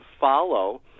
follow